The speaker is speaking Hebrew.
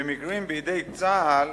במקרים שבידי צה"ל